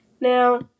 Now